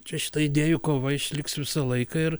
čia šita idėjų kova išliks visą laiką ir